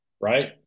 right